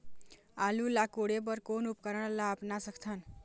आलू ला कोड़े बर कोन उपकरण ला अपना सकथन?